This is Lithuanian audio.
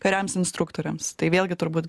kariams instruktoriams tai vėlgi turbūt